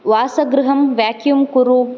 वासगृहं vacuum कुरु